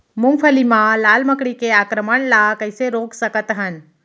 मूंगफली मा लाल मकड़ी के आक्रमण ला कइसे रोक सकत हन?